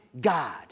God